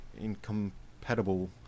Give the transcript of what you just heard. incompatible